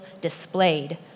displayed